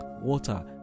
water